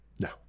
No